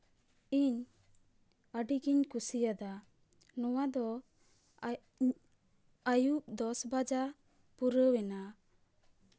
ᱤᱧ ᱟᱹᱰᱤ ᱜᱤᱧ ᱠᱩᱥᱤᱭᱟᱫᱟ ᱱᱚᱣᱟ ᱫᱚ ᱟᱡ ᱟᱹᱭᱩᱵ ᱫᱚᱥ ᱵᱟᱡᱟᱜ ᱯᱩᱨᱟᱹᱣᱮᱱᱟ